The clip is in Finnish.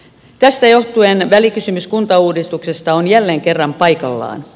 tästä johtuen välikysymys kuntauudistuksesta on jälleen kerran paikallaan